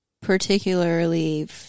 particularly